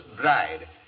bride